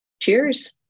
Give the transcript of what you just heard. Cheers